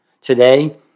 Today